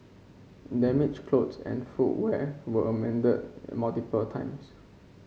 damaged clothes and footwear were mended multiple times